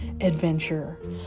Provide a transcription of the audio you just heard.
adventure